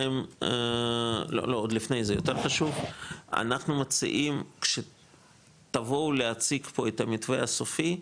אנחנו מציעים שתבואו להציג פה את המתווה הסופי,